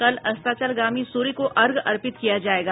कल अस्ताचलगामी सूर्य को अर्घ्य अर्पित किया जायेगा